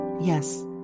Yes